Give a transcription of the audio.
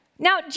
Now